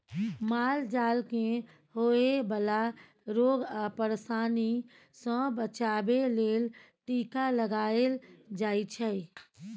माल जाल केँ होए बला रोग आ परशानी सँ बचाबे लेल टीका लगाएल जाइ छै